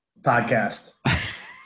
Podcast